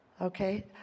Okay